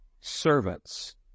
servants